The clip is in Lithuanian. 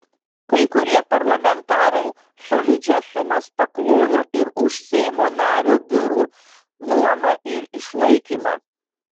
kai kurie parlamentarai solidžias sumas paklojo ir už seimo nario biurų nuomą ir išlaikymą